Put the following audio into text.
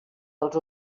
els